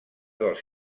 dels